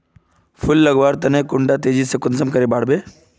फुल लगवार तने कुंडा तेजी से कुंसम बार वे?